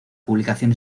publicación